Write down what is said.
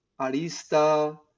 arista